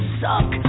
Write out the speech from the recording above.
suck